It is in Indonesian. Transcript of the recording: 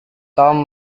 tom